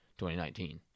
2019